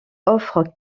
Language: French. offre